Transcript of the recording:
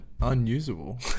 unusable